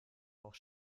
auch